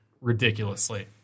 ridiculously